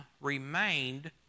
remained